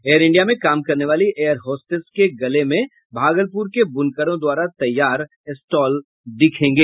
air India में काम करने वाली एयर होस्टेज के गले में भागलपुर के बुनकरों द्वारा तैयार स्टॉल दिखेंगे